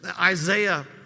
Isaiah